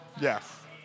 Yes